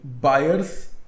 buyers